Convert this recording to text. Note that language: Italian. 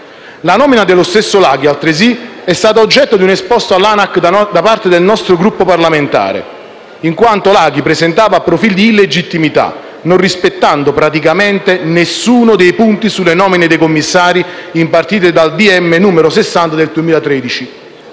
La nomina dello stesso Laghi, altresì, è stata oggetto di un esposto all'Anac da parte del nostro Gruppo parlamentare, in quanto presentava profili di illegittimità, non rispettando praticamente nessuno dei requisiti relativi alle nomine dei commissari impartite dal decreto ministeriale